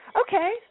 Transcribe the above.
Okay